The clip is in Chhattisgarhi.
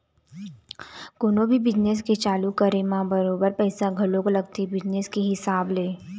कोनो भी बिजनेस के चालू करे म बरोबर पइसा घलोक लगथे बिजनेस के हिसाब ले